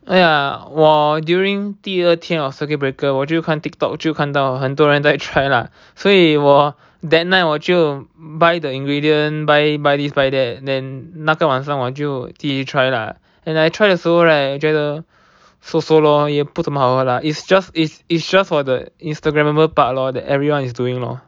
哎呀我 during 第二天 of circuit breaker 我就看 Tiktok 就看到很多人在 try lah 所以我 that night 我就 buy the ingredient buy buy this buy that and then 那个晚上我就第一 try lah and I try 的时候 right 觉得 so so lor 也不怎么好喝 lah it's just it's it's just for the instagrammable part lor that everyone is doing lor